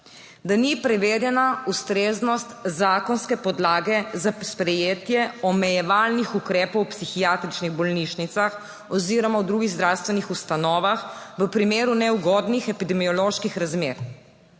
da ni preverjena ustreznost zakonske podlage za sprejetje omejevalnih ukrepov v psihiatričnih bolnišnicah oziroma v drugih zdravstvenih ustanovah v primeru neugodnih epidemioloških razmer